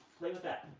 play with that.